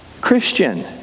Christian